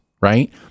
right